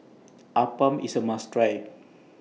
Appam IS A must Try